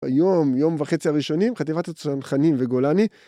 היום, יום וחצי הראשונים, חטיבת הצנחנים וגולני